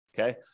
okay